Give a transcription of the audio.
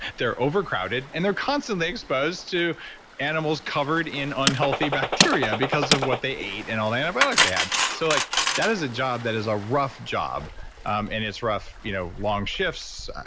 they're overcrowded and they're constantly exposed to animals covered in unhealthy bacteria because of what they ate and all the antibiotics they had. so like that is a job that is a rough job um and it's rough you know long shifts,